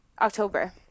October